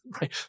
right